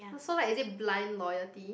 so like is it blind loyalty